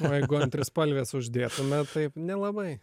o jeigu ant trispalvės uždėtume taip nelabai